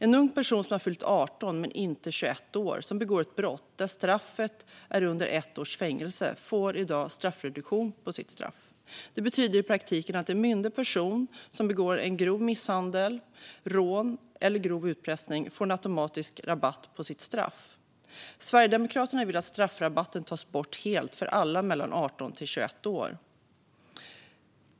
En ung person som har fyllt 18 men inte 21 år och som begår ett brott där straffet är under ett års fängelse får i dag straffreduktion på sitt straff. Det betyder i praktiken att en myndig person som begår en grov misshandel, rån eller grov utpressning får en automatisk rabatt på sitt straff. Sverigedemokraterna vill att straffrabatten tas bort helt för alla mellan 18 och 21 år.